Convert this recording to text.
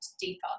deeper